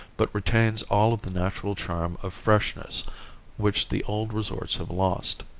but retains all of the natural charm of freshness which the old resorts have lost.